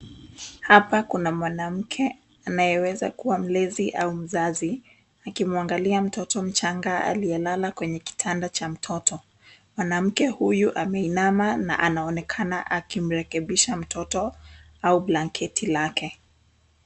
Hapa kuna mwanamke anayeweza kuwa mlezi au mzazi akimwangalia mtoto mchanga aliyelala kwenye kitanda cha mtoto. Mwanamke ameinama na anaonekana akimrekebisha mtoto au blanketi lake.